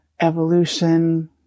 evolution